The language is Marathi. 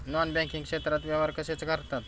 नॉन बँकिंग क्षेत्रात व्यवहार कसे करतात?